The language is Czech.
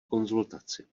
konzultaci